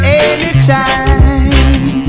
anytime